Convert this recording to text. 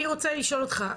אני רוצה לשאול אותך,